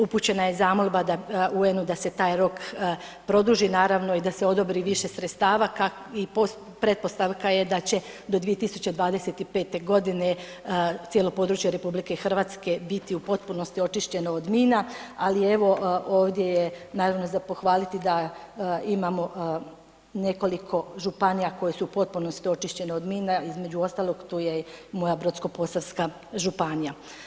Upućena je zamolba da UN-u da se taj rok produži, naravno i da se odobri više sredstava i pretpostavka je da će do 2025. godine cijelo područje RH biti u potpunosti očišćeno od mina, ali evo, ovdje je naravno za pohvaliti da imamo nekoliko županija koje su u potpunosti očišćene od mina, između ostalog, tu je i moja Brodsko-posavska županija.